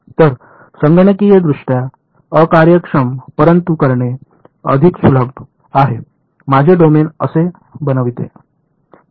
तर संगणकीयदृष्ट्या अकार्यक्षम परंतु करणे अधिक सुलभ आहे माझे डोमेन असे बनविणे